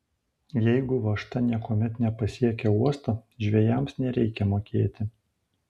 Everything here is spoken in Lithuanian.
jeigu važta niekuomet nepasiekia uosto žvejams nereikia mokėti